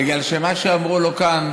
בגלל שאמרו לו כאן,